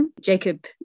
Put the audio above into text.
Jacob